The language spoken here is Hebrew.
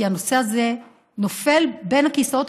כי הנושא הזה נופל בין הכיסאות,